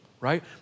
right